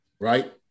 right